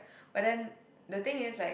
but then the thing is like